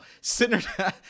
Center